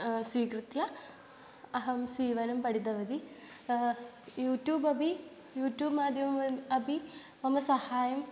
स्वीकृत्य अहं सीवनं पठितवती यूट्यूब् अपि यूट्यूब् माध्यमे मध्ये अपि मम सहाय्यम्